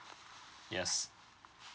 yes